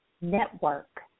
Network